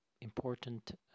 important